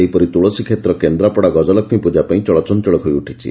ସେହିପରି ତୁଳସୀକ୍ଷେତ୍ର କେନ୍ଦ୍ରାପଡ଼ା ଗଜଲକ୍ଷୀ ପୁଜା ପାଇଁ ଚଳଚଞ୍ଚଳ ହୋଇଉଠିଛି